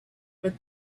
but